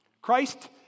Christ